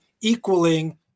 equaling